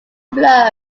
blow